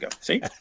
See